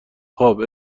خوب